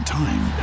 time